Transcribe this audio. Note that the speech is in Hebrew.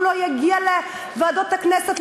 הוא לא יגיע לוועדות הכנסת,